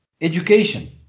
education